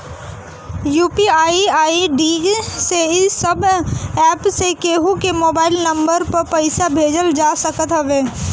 UPI ID से इ सब एप्प से केहू के मोबाइल नम्बर पअ पईसा भेजल जा सकत हवे